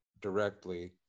directly